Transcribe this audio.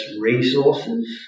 resources